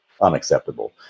unacceptable